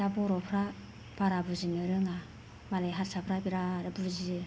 दा बर'फ्रा बारा बुजिनो रोङा मालाय हारसाफ्रा बेराद बुजियो